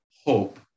hope